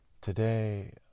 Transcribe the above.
Today